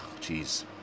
jeez